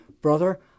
brother